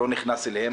כאלה.